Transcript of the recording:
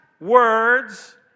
words